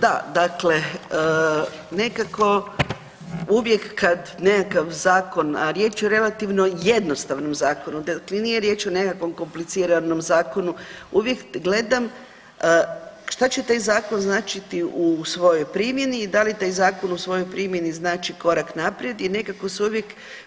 Da, dakle, nekako uvijek kad nekakav zakon, a riječ je o relativno jednostavnom zakonu, dakle nije riječ o nekakvom kompliciranom zakonu, uvijek gledam šta će taj zakon značiti u svojoj primjeni i da li taj zakon u svojoj primjeni znači korak naprijed i nekako se uvijek